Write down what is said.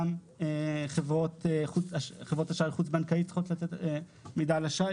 גם חברות אשראי חוץ בנקאי צריכות לתת מידע על אשראי